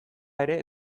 ere